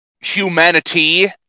humanity